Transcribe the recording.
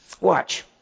Watch